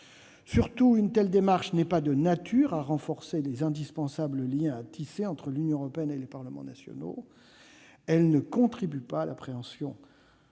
Surtout, une telle méthode n'est pas de nature à renforcer les indispensables liens à tisser entre l'Union européenne et les parlements nationaux. Elle ne contribue pas à l'appréhension